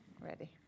ready